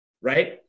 right